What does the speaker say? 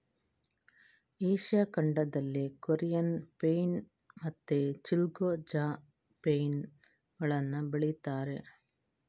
Asia ಖಂಡದಲ್ಲಿ Korean pine ಮತ್ತೆ chilgoza pine ಗಳನ್ನ ಬೆಳೀತಾರೆ